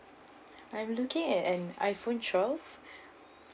I'm looking at an iphone twelve